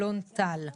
אלון טל.